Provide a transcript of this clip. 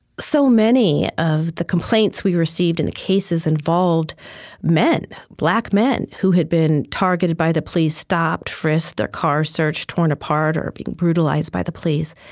so many of the complaints we received and the cases involved men, black men who had been targeted by the police, stopped, frisked, their car searched, torn apart, or being brutalized by the police.